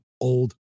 old